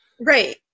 Right